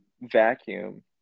vacuum